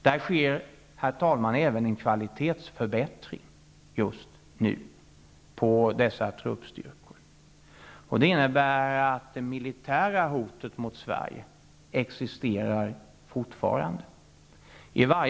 Det sker, herr talman, även en kvalitetsförbättring av dessa truppstyrkor just nu. Det innebär att det militära hotet mot Sverige fortfarande existerar.